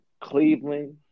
Cleveland